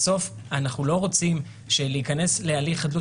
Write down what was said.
בסוף אנחנו לא רוצים שלהיכנס להליך חדלות